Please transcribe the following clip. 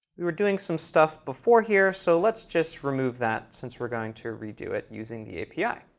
we were doing some stuff before here, so let's just remove that since we're going to redo it using the api.